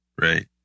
Right